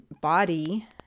body